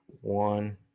one